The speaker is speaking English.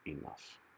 enough